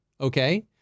Okay